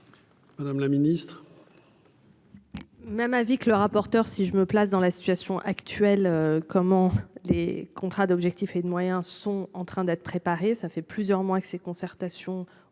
Madame la Ministre. Même avis que le rapporteur. Si je me place dans la situation actuelle. Comment les contrats d'objectifs et de moyens sont en train d'être préparés, ça fait plusieurs mois que ces concertations ont